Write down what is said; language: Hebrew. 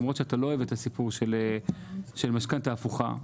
למרות שאתה לא אוהב את הסיפור של משכנתה הפוכה.